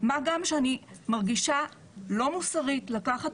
מה גם שאני מרגישה לא מוסרית לקחת